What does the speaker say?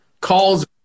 calls